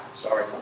Sorry